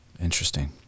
Interesting